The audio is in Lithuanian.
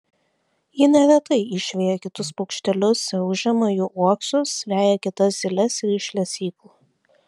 ji neretai išveja kitus paukštelius ir užima jų uoksus veja kitas zyles ir iš lesyklų